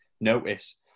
notice